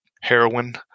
heroin